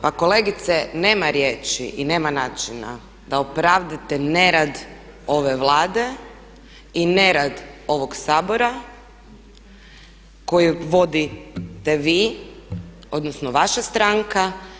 Pa kolegice, nema riječi i nema načina da opravdate nerad ove Vlade i nerad ovog Sabora koji vodite vi, odnosno vaša stranka.